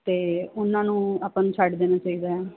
ਅਤੇ ਉਹਨਾਂ ਨੂੰ ਆਪਾਂ ਨੂੰ ਛੱਡ ਦੇਣਾ ਚਾਹੀਦਾ ਹੈ